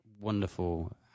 Wonderful